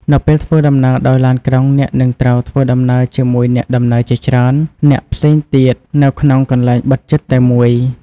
នៅពេលធ្វើដំណើរដោយឡានក្រុង អ្នកនឹងត្រូវ ធ្វើដំណើរជាមួយអ្នកដំណើរជាច្រើន នាក់ផ្សេងទៀតនៅក្នុងកន្លែងបិទជិតតែមួយ។